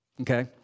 Okay